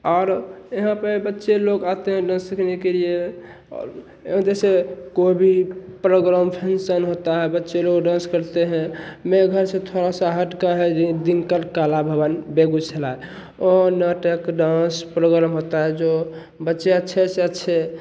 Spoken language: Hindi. और यहाँ पे बच्चे लोग आते हैं डांस सीखने के लिए और और जैसे कोई भी प्रोग्राम फंक्शन होता है बच्चे लोग डांस करते हैं मेरे घर से थोड़ा सा हटकर है दिनकर कला भवन बेगूसराय और नाटक डांस प्रोग्राम होता है जो बच्चे अच्छे से अच्छे